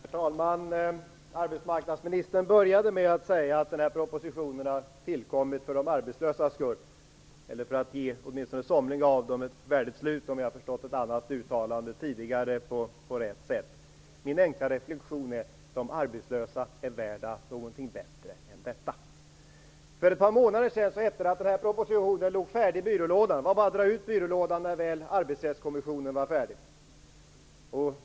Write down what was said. Herr talman! Arbetsmarknadsministern började med att säga att den här propositionen har tillkommit för de arbetslösas skull eller för att ge åtminstone somliga av dem ett värdigt slut, om jag har förstått ett tidigare uttalande på rätt sätt. Min enkla reflexion är att de arbetslösa är värda någonting bättre än detta. För ett par månader sedan hette det att den här propositionen låg färdig i byrålådan. Det var bara att dra ut byrålådan när Arbetsrättskommissionen väl var färdig.